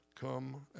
Come